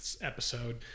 episode